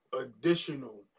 additional